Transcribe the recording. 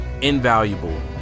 invaluable